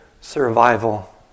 survival